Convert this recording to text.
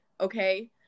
okay